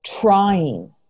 trying